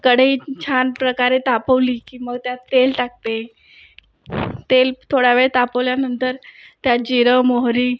कढई छान प्रकारे तापवली की मग त्यात तेल टाकते तेल थोडावेळ तापवल्यानंतर त्यात जिरं मोहरी